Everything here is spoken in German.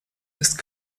ist